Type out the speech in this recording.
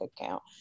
account